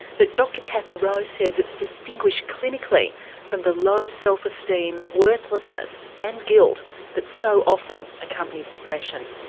but dr kathy rowe says it's distinguished clinically from the low self-esteem, worthlessness and guilt that so often accompanies depression.